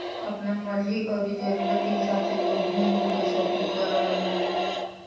आपना मर्जी अउरी जरुरत के हिसाब से लोग घूम घूम के शापिंग कर रहल बाड़न